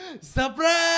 Surprise